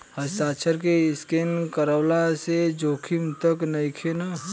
हस्ताक्षर के स्केन करवला से जोखिम त नइखे न?